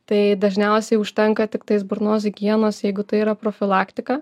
tai dažniausiai užtenka tiktais burnos higienos jeigu tai yra profilaktika